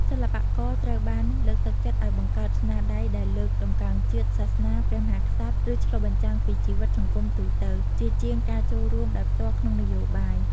សិល្បករត្រូវបានលើកទឹកចិត្តឱ្យបង្កើតស្នាដៃដែលលើកតម្កើងជាតិ សាសនា ព្រះមហាក្សត្រ ឬឆ្លុះបញ្ចាំងពីជីវិតសង្គមទូទៅ ជាជាងការចូលរួមដោយផ្ទាល់ក្នុងនយោបាយ។